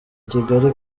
kigali